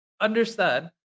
understand